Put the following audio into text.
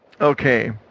Okay